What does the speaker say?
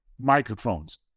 microphones